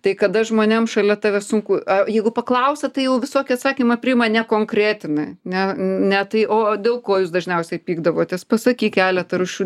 tai kada žmonėm šalia tavęs sunku jeigu paklausia tai jau visokį atsakymą priima nekonkretina ne ne tai o dėl ko jūs dažniausiai pykdavotės pasakyk keletą rūšių